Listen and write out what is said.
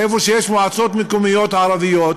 איפה שיש מועצות מקומיות ערביות,